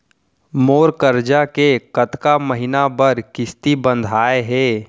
मोर करजा के कतका महीना बर किस्ती बंधाये हे?